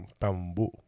Bamboo